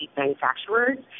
manufacturers